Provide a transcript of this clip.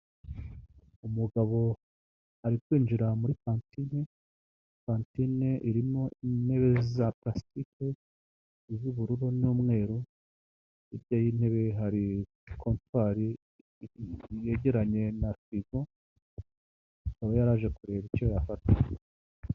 Aya n'ameza ari mu nzu, bigaragara ko aya meza ari ayokuriho arimo n'intebe nazo zibaje mu biti ariko aho bicarira hariho imisego.